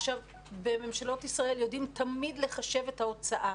בממשלות ישראל יודעים תמיד לחשב את ההוצאה,